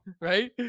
Right